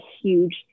huge